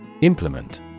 Implement